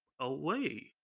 away